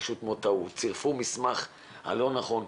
צירפו מסמך לא נכון.